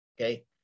okay